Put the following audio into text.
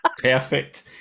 perfect